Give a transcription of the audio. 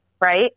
Right